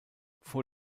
vor